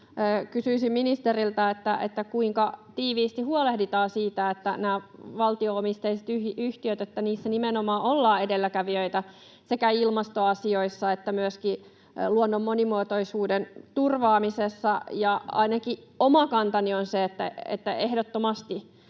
Kysyisin ministeriltä: kuinka tiiviisti huolehditaan siitä, että näissä valtio-omisteisissa yhtiöissä nimenomaan ollaan edelläkävijöitä sekä ilmastoasioissa että myöskin luonnon monimuotoisuuden turvaamisessa? Ainakin oma kantani on se, että ehdottomasti